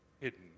hidden